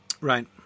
right